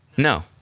No